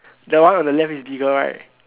the one on the left is bigger right